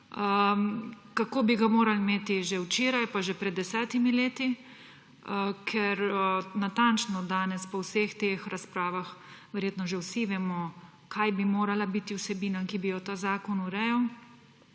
kako bi ga morali imeti že včeraj pa že pred 10 leti, ker natančno danes po vseh teh razpravah verjetno že vsi vemo, kaj bi morala biti vsebina, ki bi jo ta zakon urejal.